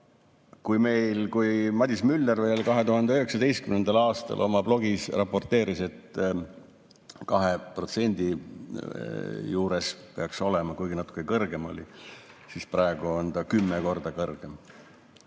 kui meil Madis Müller veel 2019. aastal oma blogis raporteeris, et 2% juures peaks see olema, kuigi natuke kõrgem oli, siis praegu on see kümme korda kõrgem.